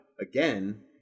again